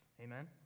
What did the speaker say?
Amen